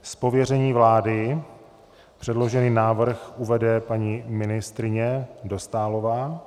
Z pověření vlády předložený návrh uvede paní ministryně Dostálová.